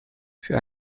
für